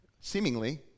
seemingly